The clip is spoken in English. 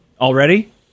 already